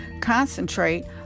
Concentrate